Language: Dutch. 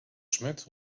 smet